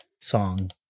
song